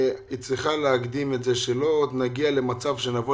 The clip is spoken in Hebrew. היא צריכה להקדים כדי שלא נגיע למצב שנבוא